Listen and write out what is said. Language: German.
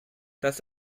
das